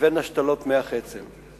לבין השתלת מוח עצם.